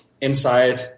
inside